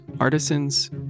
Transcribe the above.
artisans